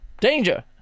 Danger